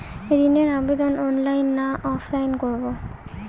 ঋণের আবেদন অনলাইন না অফলাইনে করব?